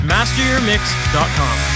MasterYourMix.com